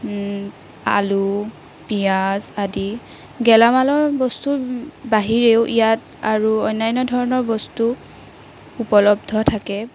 আলু পিয়াঁজ আদি গেলামালৰ বস্তু বাহিৰেও ইয়াত আৰু অন্যান্য ধৰণৰ বস্তু উপলব্ধ থাকে